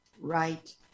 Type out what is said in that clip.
right